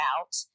out